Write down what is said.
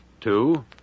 Two